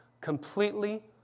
completely